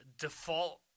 default